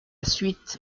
suite